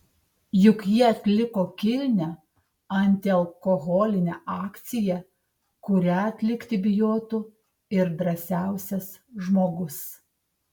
juk jie atliko kilnią antialkoholinę akciją kurią atlikti bijotų ir drąsiausias žmogus